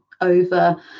over